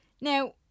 now